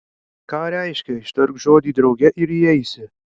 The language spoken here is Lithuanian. ką reiškia ištark žodį drauge ir įeisi